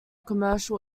commercial